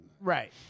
Right